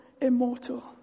immortal